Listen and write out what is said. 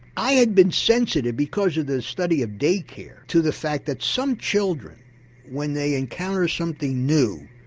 i had been sensitive because of the study of day care to the fact that some children when they encounter something new,